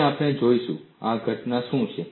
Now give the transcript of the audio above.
અને આપણે જોઈશું આ ઘટના શું છે